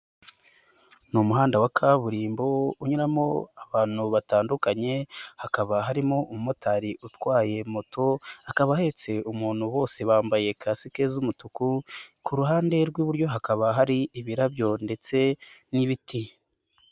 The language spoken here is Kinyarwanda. Ni umuhanda wa kaburimbo unyuramo abantu batandukanye hakaba harimo umumotari utwaye moto akaba ahetse umuntu bose bambaye kasike z'umutuku, ku ruhande rw'iburyo hakaba hari ibirabyo ndetse n'ibiti.